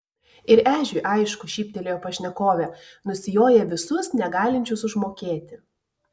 ir ežiui aišku šyptelėjo pašnekovė nusijoja visus negalinčius užmokėti